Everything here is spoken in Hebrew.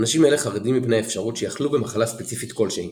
אנשים אלה חרדים מפני האפשרות שיחלו במחלה ספציפית כלשהי.